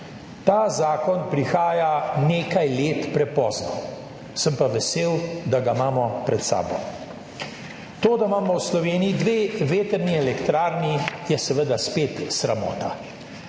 Ta zakon prihaja nekaj let prepozno, sem pa vesel, da ga imamo pred sabo. To, da imamo v Sloveniji dve vetrni elektrarni, je seveda spet sramota.